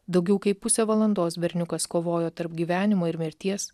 daugiau kaip pusę valandos berniukas kovojo tarp gyvenimo ir mirties